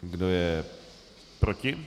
Kdo je proti?